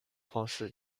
方式